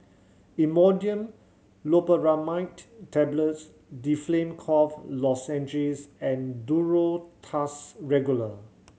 Imodium Loperamide Tablets Difflam Cough Lozenges and Duro Tuss Regular